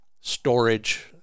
storage